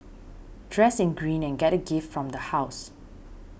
dress in green and get a gift from the house